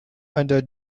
under